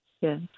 yes